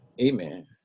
amen